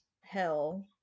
hell